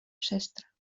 przestrach